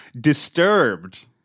Disturbed